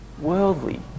worldly